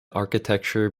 architecture